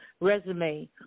resume